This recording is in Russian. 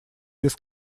без